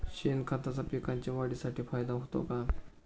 शेणखताचा पिकांच्या वाढीसाठी फायदा होतो का?